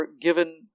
given